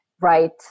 right